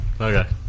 Okay